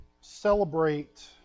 celebrate